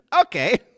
Okay